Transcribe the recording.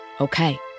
Okay